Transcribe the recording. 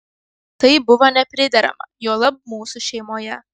tai buvo nepriderama juolab mūsų šeimoje